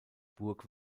burg